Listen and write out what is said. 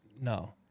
no